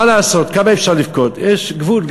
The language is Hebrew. אבל מה לעשות, כמה אפשר לבכות, יש גבול.